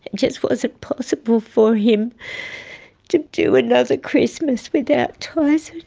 just wasn't possible for him to do another christmas without tyson.